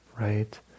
right